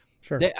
Sure